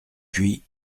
puis